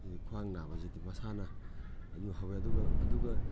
ꯑꯗꯨꯗꯤ ꯈ꯭ꯋꯥꯡ ꯅꯥꯕꯁꯤꯗꯤ ꯃꯁꯥꯅ ꯑꯗꯨꯒ ꯍꯧꯋꯦ ꯑꯗꯨꯒ ꯑꯗꯨꯒ